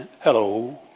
hello